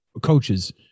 coaches